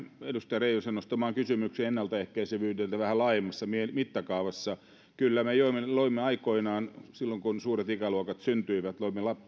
edustaja reijosen nostamaan kysymykseen ennalta ehkäisevyydestä vähän laajemmassa mittakaavassa kyllä me loimme aikoinaan silloin kun suuret ikäluokat syntyivät